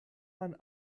man